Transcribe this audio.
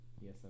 Yes